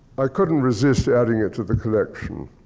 i couldn't resist adding it to the collection.